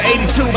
82